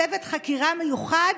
צוות חקירה מיוחד,